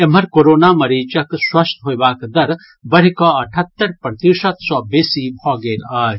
एम्हर कोरोना मरीजक स्वस्थ होयबाक दर बढ़िकऽ अठहत्तरि प्रतिशत सँ बेसी भऽ गेल अछि